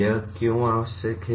यह क्यों आवश्यक है